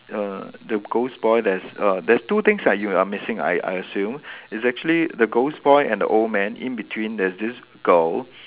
err the ghost boy that is err there is two thing that you are missing I I assume is actually the ghost boy and the old man in between there's this girl